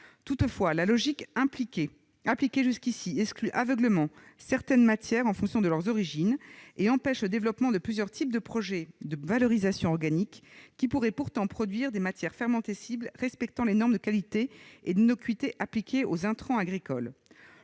Toutefois, la logique appliquée jusqu'ici exclut aveuglément certaines matières en fonction de leur origine, et empêche le développement de plusieurs types de projets de valorisation organique qui pourraient pourtant produire des matières fermentescibles respectant les normes de qualité et d'innocuité appliquées aux intrants agricoles.